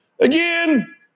Again